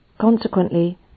Consequently